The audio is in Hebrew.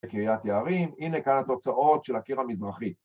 בקריית יערים, הנה כאן התוצאות של הקיר המזרחי